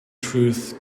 truth